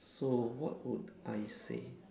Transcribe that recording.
so what would I say